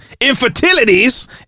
Infertilities